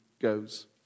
goes